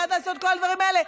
בעד לעשות את כל הדברים האלה.